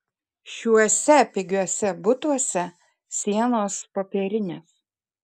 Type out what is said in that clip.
šiuose pigiuose butuose sienos popierinės